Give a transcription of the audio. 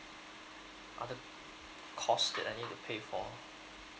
other cost that I need to pay for